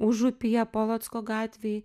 užupyje polocko gatvėj